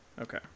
Okay